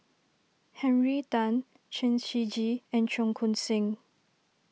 Henry Tan Chen Shiji and Cheong Koon Seng